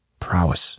prowess